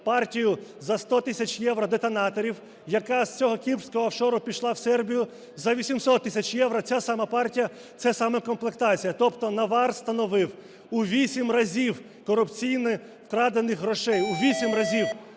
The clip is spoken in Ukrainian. партію за сто тисяч євро детонаторів, яка з цього кіпрського офшору пішла в Сербію за 800 тисяч євро – ця сама партія, ця сама комплектація. Тобто навар становив у 8 разів корупційно вкрадених грошей, у 8 разів